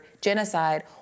genocide